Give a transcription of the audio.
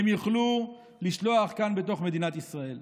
הם יוכלו לשלוח כאן, בתוך מדינת ישראל.